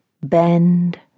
bend